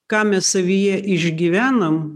ką mes savyje išgyvenam